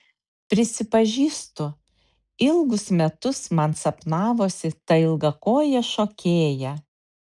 prisipažįstu ilgus metus man sapnavosi ta ilgakojė šokėja